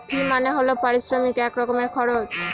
ফি মানে হল পারিশ্রমিক এক রকমের খরচ